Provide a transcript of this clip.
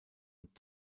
und